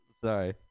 sorry